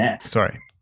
sorry